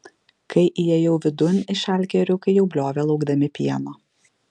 kai įėjau vidun išalkę ėriukai jau bliovė laukdami pieno